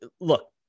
look